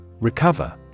Recover